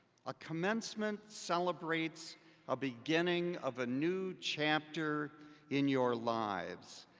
a commencement celebrates a beginning of a new chapter in your lives.